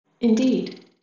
Indeed